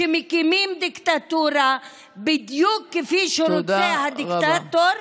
שמקימים דיקטטורה בדיוק כפי שרוצה הדיקטטור,